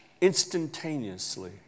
instantaneously